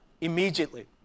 immediately